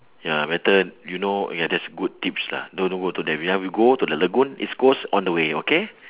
ya better you know ya that's good tips lah don't don't go to that we ya we go to the lagoon east coast on the way okay